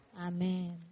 Amen